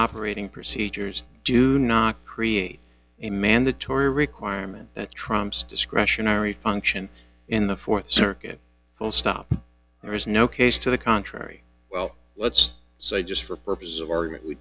operating procedures do not create a mandatory requirement that trumps discretionary function in the th circuit full stop there is no case to the contrary well let's say just for purposes of argument we